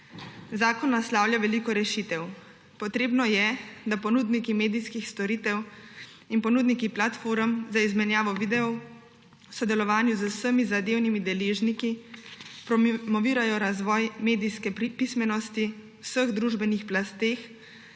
Zakon naslavlja veliko rešitev. Potrebno je, da ponudniki medijskih storitev in ponudniki platform za izmenjavo videov v sodelovanju z vsemi zadevnimi deležniki promovirajo razvoj medijske pismenosti v vseh družbenih plasteh